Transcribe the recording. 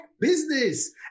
business